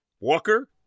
Walker